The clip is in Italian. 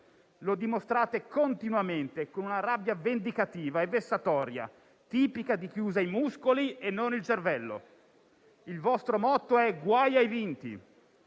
Lo dimostrate continuamente, con una rabbia vendicativa e vessatoria, tipica di chi usa i muscoli e non il cervello. Il vostro motto è guai ai vinti.